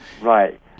right